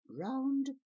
round